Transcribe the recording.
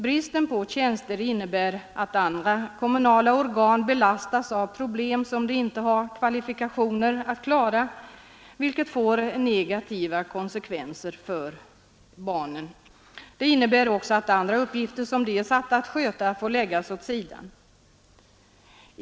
Bristen på tjänster innebär att andra kommunala organ belastas med problem som de inte har kvalifikationer att klara, vilket får negativa konsekvenser för barnen. Det innebär också att andra uppgifter, som de är satta att sköta, får läggas åt sidan.